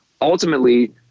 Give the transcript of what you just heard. Ultimately